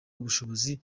ubushobozi